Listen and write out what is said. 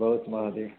भवतु महोदय